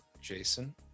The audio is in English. Jason